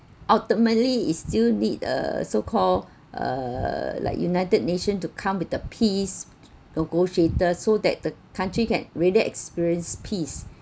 ultimately is still need uh so called uh like united nation to come with the peace negotiator so that the country can really experience peace